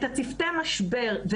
את צוותי המשבר,